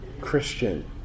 Christian